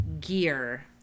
gear